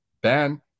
Ben